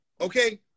Okay